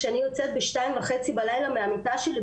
כשאני יוצאת ב- 2:30 בלילה מהמיטה שלי,